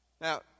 now